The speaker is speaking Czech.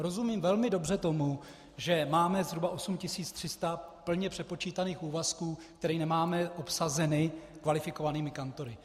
Rozumím velmi dobře tomu, že máme zhruba 8300 plně přepočítaných úvazků, které nemáme obsazeny kvalifikovanými kantory.